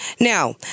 Now